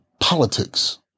politics